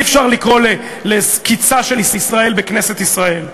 אי-אפשר לקרוא לקצהּ של ישראל בכנסת ישראל.